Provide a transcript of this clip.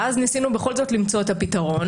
ואז ניסינו בכל זאת למצוא את הפתרון.